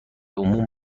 عموم